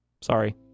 Sorry